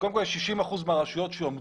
קודם כל יש 60% מהרשויות שעומדות.